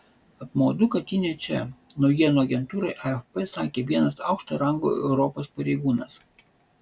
apmaudu kad ji ne čia naujienų agentūrai afp sakė vienas aukšto rango europos pareigūnas